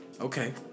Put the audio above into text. Okay